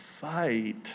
fight